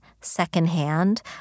secondhand